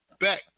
back